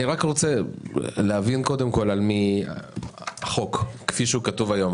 אני רוצה להבין על מי החוק, כפי שהוא כתוב היום.